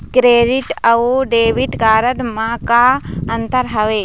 Credit अऊ debit card म का अंतर हावे?